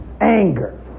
Anger